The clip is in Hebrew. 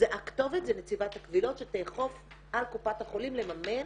הכתובת זה נציבת הקבילות שתאכוף על קופת החולים לממן.